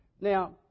Now